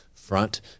front